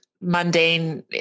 mundane